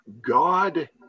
God